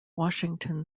washington